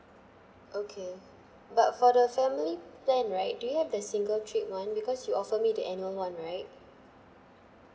okay but for the family plan right do you have the single trip one because you offer me the annual one right